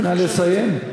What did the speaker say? נא לסיים.